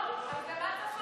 אז תגיד לי, למה צריך חוק?